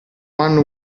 hanno